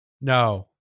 No